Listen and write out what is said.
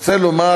רוצה לומר